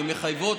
ומחייבות,